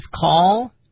call